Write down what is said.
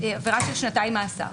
עבירה בגינה שנתיים מאסר.